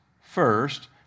first